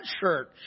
church